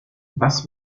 was